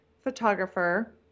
photographer